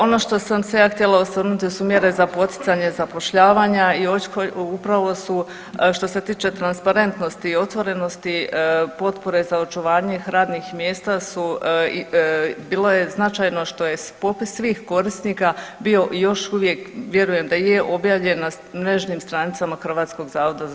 Ono što sam se ja htjela osvrnuti to su mjere za poticanje zapošljavanja i upravo su što se tiče transparentnosti i otvorenosti potpore za očuvanje radnih mjesta bilo je značajno što je popis svih korisnika bio i još uvijek vjerujem da je objavljen na mrežnim stranicama HZZ-a.